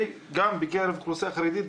גם בקרב אוכלוסייה חרדית,